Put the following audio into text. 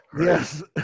Yes